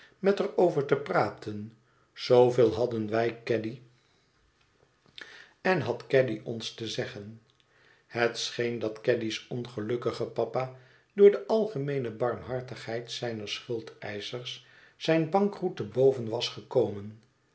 mét er over te praten zooveel hadden wij caddy en had caddy ons te zeggen het scheen dat caddy's ongelukkige papa door de algemeene barmhartigheid zijner schuldeischers zijn bankroet te boven was gekomen